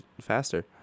faster